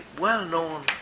well-known